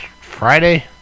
Friday